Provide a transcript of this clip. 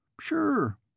Sure